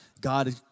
God